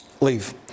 Leave